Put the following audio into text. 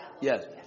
Yes